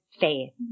faith